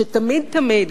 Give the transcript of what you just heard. שתמיד תמיד,